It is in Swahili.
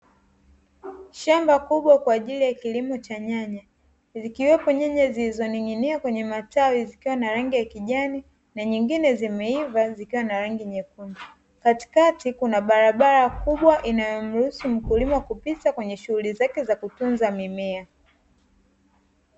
Shamba kubwa kwa ajili ya kilimo cha nyanya, zikiwepo nyanya zilizoning'inia kwenye matawi zikiwa na rangi ya kijani na nyingine zimeiva zikiwa na rangi nyekundu. Katikati kuna barabara kubwa inayomruhusu mkulima kupita kwenye shughuli zake za kutunza mimea.